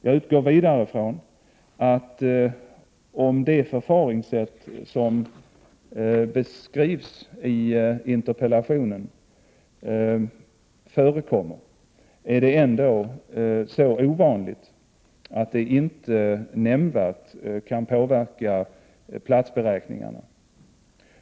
Jag utgår vidare från att det, om det förfaringssätt som beskrivs i interpellationen förekommer, ändå är så ovanligt att det inte nämnvärt kan påverka platsberäkningarna.